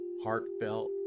heartfelt